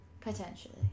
Potentially